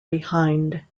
behind